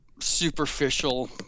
superficial